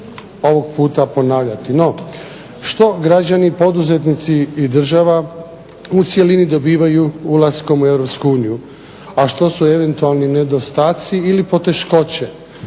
ovog puta ponavljati. No, što poduzetnici, građani i država u cjelini dobivaju ulaskom u Europsku uniju a što su eventualni nedostatci i poteškoće.